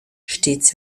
stets